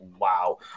wow